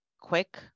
quick